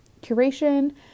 curation